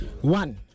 One